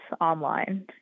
online